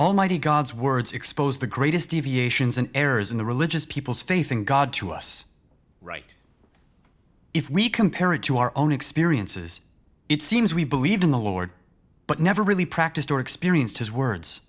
almighty god's words expose the greatest deviations and errors in the religious people's faith in god to us right if we compare it to our own experiences it seems we believed in the lord but never really practiced or experienced his words